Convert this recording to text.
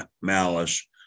malice